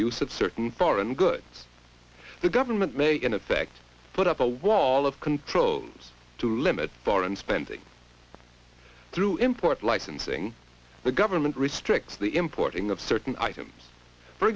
use of certain foreign goods the government may in effect put up a wall of control to limit foreign spending through imports licensing the government restricts the importing of certain items for